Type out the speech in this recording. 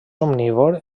omnívor